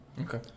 Okay